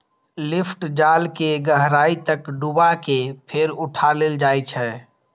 lift जाल कें गहराइ तक डुबा कें फेर उठा लेल जाइ छै